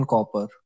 Copper